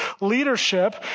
leadership